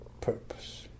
purpose